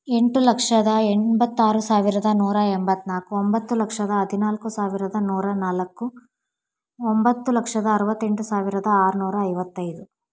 ಎಂಟು ಲಕ್ಷದ ಎಂಬತ್ತಾರು ಸಾವಿರದ ನೂರ ಎಂಬತ್ತನಾಲ್ಕು ಒಂಬತ್ತು ಲಕ್ಷದ ಹದಿನಾಲ್ಕು ಸಾವಿರದ ನೂರ ನಾಲ್ಕು ಒಂಬತ್ತು ಲಕ್ಷದ ಅರವತ್ತೆಂಟು ಸಾವಿರದ ಆರುನೂರ ಐವತ್ತೈದು